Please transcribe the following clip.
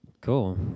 Cool